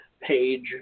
page